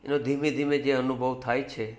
એનો ધીમે ધીમે જે અનુભવ થાય છે